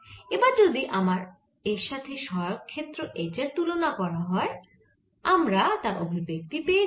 এবার যদি আমরা এর সাথে সহায়ক ক্ষেত্র H এর তুলনা করি আমরা তার অভিব্যক্তি পেয়ে যাবো